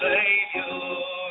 Savior